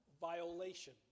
violation